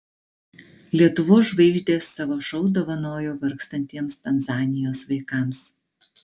lietuvos žvaigždės savo šou dovanojo vargstantiems tanzanijos vaikams